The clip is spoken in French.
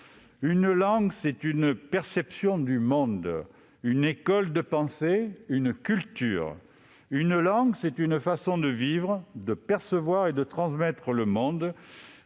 Une langue, c'est une perception du monde, une école de pensée, une culture. Une langue, c'est une façon de vivre, de percevoir et de transmettre le monde.